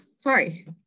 sorry